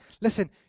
listen